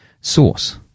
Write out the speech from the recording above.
source